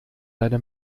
deine